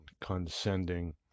condescending